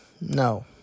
No